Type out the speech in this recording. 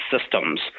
systems